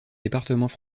départements